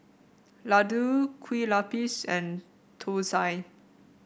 laddu Kue Lupis and thosai